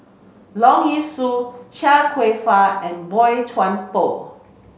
Leong Yee Soo Chia Kwek Fah and Boey Chuan Poh